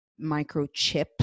microchip